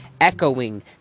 echoing